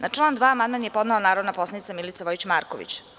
Na član 2. Amandman je podnela narodna poslanica Milica Vojić Marković.